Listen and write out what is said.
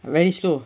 very slow